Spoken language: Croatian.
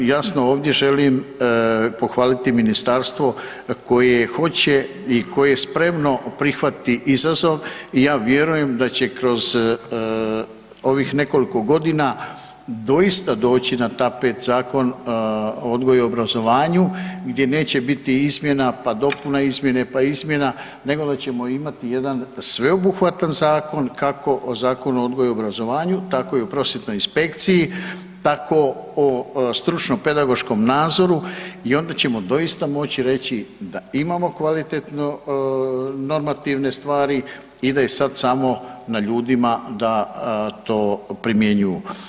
Jasno, ovdje želim pohvaliti ministarstvo koje hoće i koje je spremno prihvatiti izazov i ja vjerujem da će kroz ovih nekoliko godina doista doći na tapet Zakon o odgoju i obrazovanju gdje neće biti izmjena pa dopuna izmjene pa izmjena nego da ćemo imati jedan sveobuhvatan zakon kako o Zakonu o odgoju i obrazovanju, tako i o prosvjetnoj inspekciji, tako o stručno-pedagoškom nazoru i onda ćemo doista moći reći da imamo kvalitetno normativne stvari i da je sad samo na ljudima da to primjenjuju.